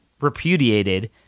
repudiated